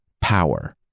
Power